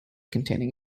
containing